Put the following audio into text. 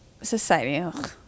society